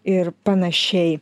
ir panašiai